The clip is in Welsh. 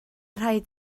rhaid